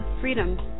freedom